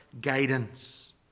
guidance